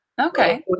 Okay